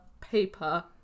paper